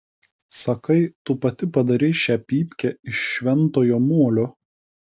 sakai tu pati padarei šią pypkę iš šventojo molio